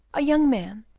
a young man,